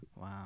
wow